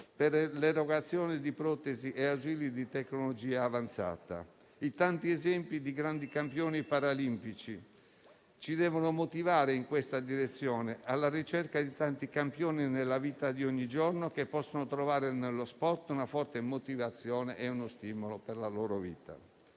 per l'erogazione di protesi e ausili di tecnologia avanzata. I tanti esempi di grandi campioni paralimpici ci devono motivare in questa direzione, alla ricerca di tanti campioni nella vita di ogni giorno che possono trovare nello sport una forte motivazione e uno stimolo per la loro vita.